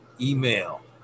Email